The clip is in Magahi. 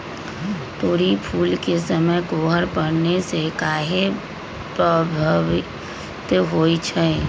तोरी फुल के समय कोहर पड़ने से काहे पभवित होई छई?